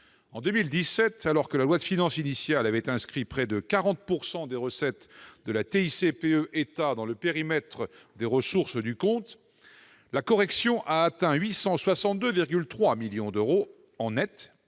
En 2017, alors que la loi de finances initiale avait inscrit près de 40 % des recettes de la TICPE dans le périmètre des ressources du compte, la correction a atteint 862,3 millions d'euros en net,